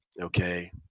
okay